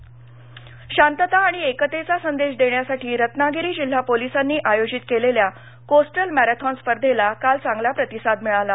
Ratnagiri marathon शांतता आणि क्रितेचा संदेश देण्यासाठी रत्नागिरी जिल्हा पोलिसांनी आयोजित केलेल्या कोस्टल मॅरेथॉन स्पर्धेला काल चांगला प्रतिसाद मिळाला